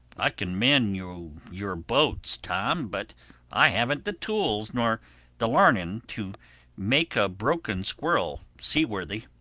i can mend you your boats, tom, but i haven't the tools nor the learning to make a broken squirrel seaworthy.